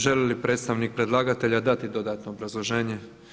Želi li predstavnik predlagatelja dati dodatno obrazloženje?